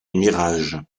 mirages